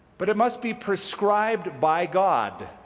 but it must be prescribed by god